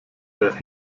der